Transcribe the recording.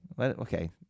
Okay